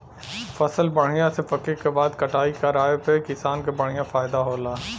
फसल बढ़िया से पके क बाद कटाई कराये पे किसान क बढ़िया फयदा होला